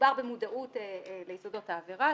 מדובר במודעות ליסודות העבירה,